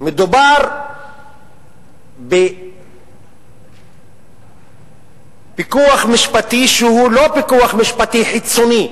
מדובר בפיקוח משפטי שהוא לא פיקוח משפטי חיצוני,